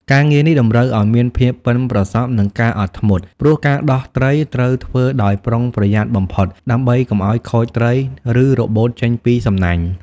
ការងារនេះតម្រូវឲ្យមានភាពប៉ិនប្រសប់និងការអត់ធ្មត់ ព្រោះការដោះត្រីត្រូវធ្វើដោយប្រុងប្រយ័ត្នបំផុតដើម្បីកុំឲ្យខូចត្រី ឬរបូតចេញពីសំណាញ់។